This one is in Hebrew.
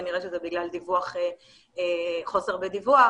כנראה שזה בגלל חוסר בדיווח,